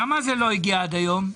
למה זה לא הגיע עד היום?